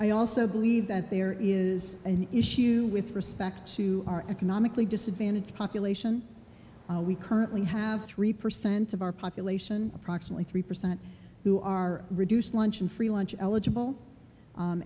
i also believe that there is an issue with respect to our economically disadvantaged population we currently have three percent of our population approximately three percent who are reduced lunch and free lunch eligible